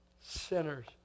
sinners